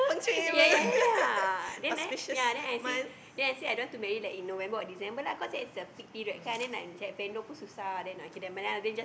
ya ya ya ya then I then I say then I say I don't want to marry like in November or December lah cause that's the peak period kan then like nak cari vendor pun susah then okay nevermind lah then jsut push to January